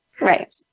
Right